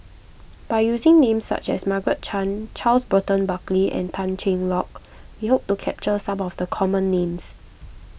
by using names such as Margaret Chan Charles Burton Buckley and Tan Cheng Lock we hope to capture some of the common names